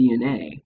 DNA